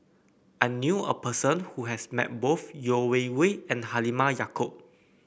I knew a person who has met both Yeo Wei Wei and Halimah Yacob